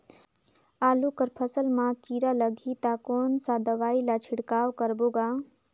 आलू कर फसल मा कीरा लगही ता कौन सा दवाई ला छिड़काव करबो गा?